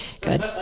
Good